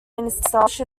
established